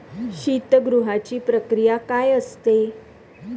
शीतगृहाची प्रक्रिया काय असते?